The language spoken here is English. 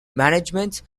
management